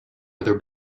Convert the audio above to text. other